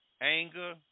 Anger